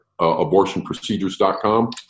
abortionprocedures.com